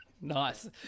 Nice